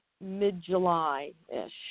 mid-July-ish